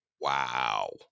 wow